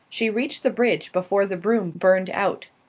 she reached the bridge before the broom burned out.